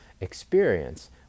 experience